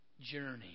journey